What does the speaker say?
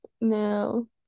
no